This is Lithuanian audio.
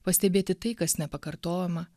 pastebėti tai kas nepakartojama